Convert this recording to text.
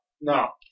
No